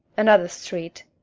another street.